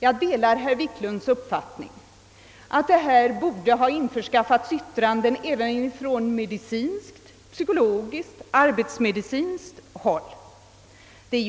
Jag delar herr Wiklunds uppfattning att remissyttranden borde ha infordrats även från medicinskt, psykologiskt och arbetsmedicinskt håll. En